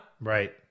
Right